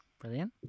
Brilliant